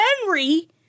Henry